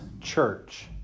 church